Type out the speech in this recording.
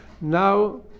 Now